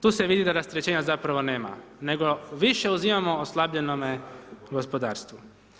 Tu se vidi da rasterećenja zapravo nema, nego više uzimamo oslabljenome gospodarstvu.